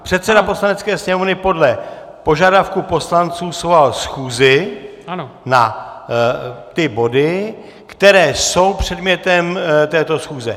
Předseda Poslanecké sněmovny podle požadavku poslanců svolal schůzi na ty body, které jsou předmětem této schůze.